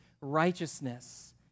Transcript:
righteousness